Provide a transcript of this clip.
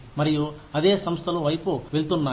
మరియు అదే సంస్థలు వైపు వెళ్తున్నాయి